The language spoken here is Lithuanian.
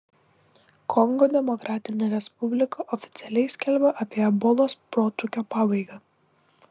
kongo demokratinė respublika oficialiai skelbia apie ebolos protrūkio pabaigą